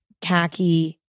khaki